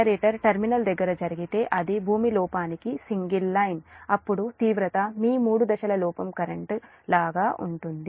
generator terminal దగ్గర జరిగితే అది గ్రౌండ్ లోపానికి సింగిల్ లైన్ అప్పుడు తీవ్రత మీ మూడు దశల లోపం కరెంట్ లాగా ఉంటుంది